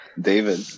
David